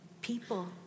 people